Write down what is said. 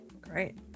Great